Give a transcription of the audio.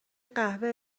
قهوه